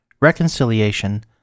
reconciliation